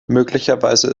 möglicherweise